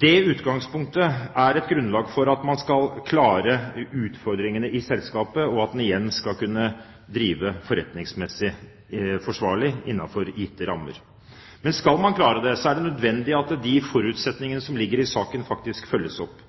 Det utgangspunktet er et grunnlag for at man skal klare utfordringene i selskapet, og at man igjen skal kunne drive forretningsmessig forsvarlig innenfor gitte rammer. Men skal man klare det, er det nødvendig at de forutsetningene som ligger i saken, faktisk følges opp.